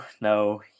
no